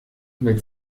mit